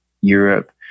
Europe